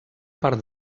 part